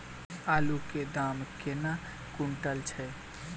आलु केँ दाम केना कुनटल छैय?